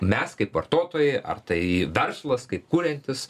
mes kaip vartotojai ar tai verslas kaip kuriantis